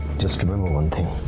just remember one thing.